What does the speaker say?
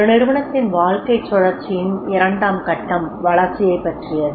ஒரு நிறுவனத்தின் வாழ்க்கைச் சுழற்சியின் இரண்டாம் கட்டம் வளர்ச்சியைப் பற்றியது